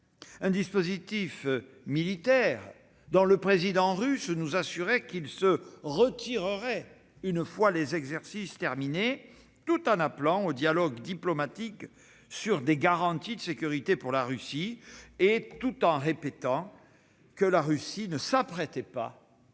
Ce dispositif militaire, le président russe nous assurait qu'il se retirerait une fois les exercices terminés, tout en appelant au dialogue diplomatique sur des garanties de sécurité pour la Russie, et tout en répétant que la Russie ne s'apprêtait pas à envahir